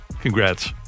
Congrats